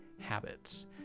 Habits